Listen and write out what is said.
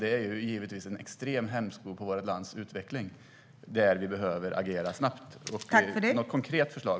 Det är givetvis en extrem hämsko på vårt lands utveckling, och där behöver vi agera snabbt. Har ministern något konkret förslag?